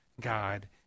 God